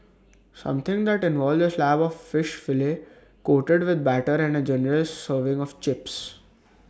something that involves A slab of fish fillet coated with batter and A generous serving of chips